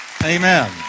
Amen